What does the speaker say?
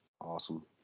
Awesome